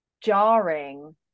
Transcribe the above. jarring